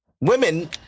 Women